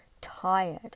tired